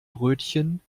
brötchen